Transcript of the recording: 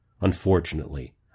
unfortunately